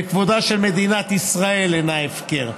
וכבודה של מדינת ישראל אינו הפקר.